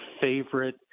favorite